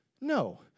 No